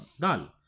dal